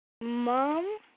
Mom